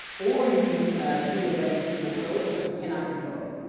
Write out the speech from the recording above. or you can treat it as executable code, but you cannot do both.